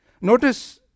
Notice